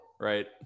right